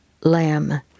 lamb